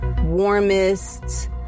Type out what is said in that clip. warmest